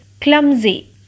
clumsy